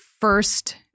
first